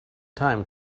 time